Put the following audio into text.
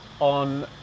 on